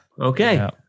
Okay